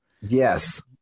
Yes